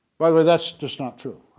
by the way, that's just not true,